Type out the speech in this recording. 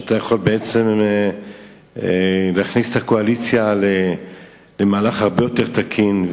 ואתה יכול בעצם להכניס את הקואליציה למהלך הרבה יותר תקין,